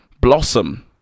blossom